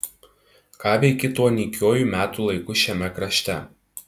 ką veiki tuo nykiuoju metų laiku šiame karšte